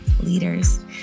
leaders